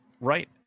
Right